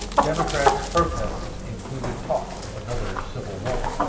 democrats' protests included talk of another civil war.